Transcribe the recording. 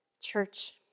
Church